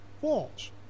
falls